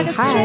hi